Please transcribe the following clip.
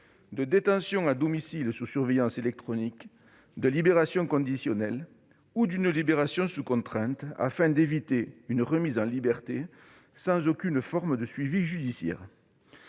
de détention à domicile sous surveillance électronique, de libération conditionnelle ou d'une libération sous contrainte, afin d'éviter une remise en liberté sans aucune forme de suivi judiciaire.